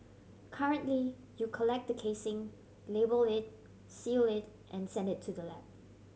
currently you collect the casing label it seal it and send it to the lab